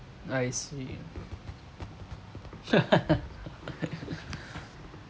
I see